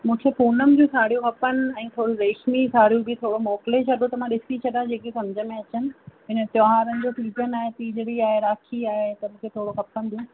मूंखे पूनम जूं साड़ियूं खपनि ऐं थोरी रेशमी साड़ियूं बि थोरो मोकिले छॾो त मां ॾिसी छॾां जेकी समुझ में अचनि हिन त्योहारनि जो सीजन आहे टीजड़ी आहे राखी आहे त मूंखे थोरो खपंदियूं